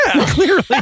clearly